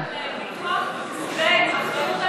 היא מדברת על ביטוח ואחריות על,